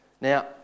Now